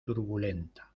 turbulenta